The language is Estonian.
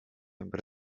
ümber